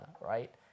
right